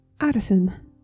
Addison